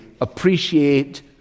appreciate